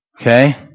okay